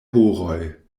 horoj